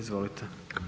Izvolite.